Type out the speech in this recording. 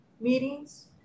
meetings